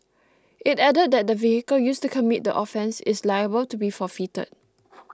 it added that the vehicle used to commit the offence is liable to be forfeited